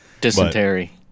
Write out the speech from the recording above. Dysentery